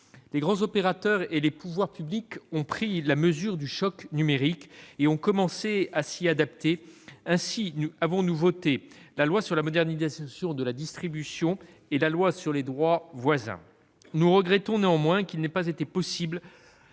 Les grands opérateurs et les pouvoirs publics ont pris la mesure du choc numérique et ont commencé à s'y adapter. Ainsi avons-nous voté la loi relative à la modernisation de la distribution de la presse et la loi tendant à créer un droit voisin. Nous regrettons néanmoins qu'il n'ait pas été possible